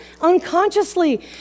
unconsciously